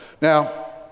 Now